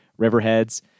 Riverheads